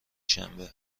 شنبه